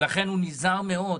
ולכן הוא נזהר מאוד.